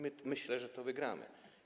Myślę, że go wygramy.